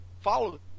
follow